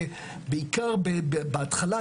ובעיקר בהתחלה,